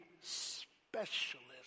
specialist